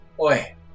Oi